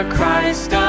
Christ